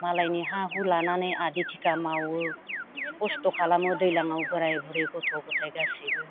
मालायनि हा हु लानानै आदि थिका मावो कस्त' खालामो दैज्लाङाव बोराय बुरै गथ' गथाय गासैबो